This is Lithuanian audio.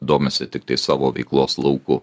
domisi tiktai savo veiklos lauku